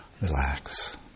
relax